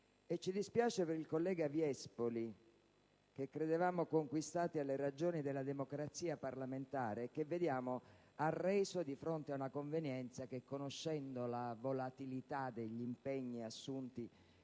Ci dispiace per il collega Viespoli, che credevamo conquistato alle ragioni della democrazia parlamentare, che vediamo arreso di fronte a una convenienza che, conoscendo la volatilità degli impegni assunti